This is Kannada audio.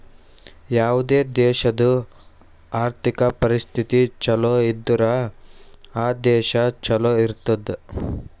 ಯಾವುದೇ ದೇಶಾದು ಆರ್ಥಿಕ್ ಪರಿಸ್ಥಿತಿ ಛಲೋ ಇದ್ದುರ್ ಆ ದೇಶಾ ಛಲೋ ಇರ್ತುದ್